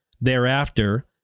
Thereafter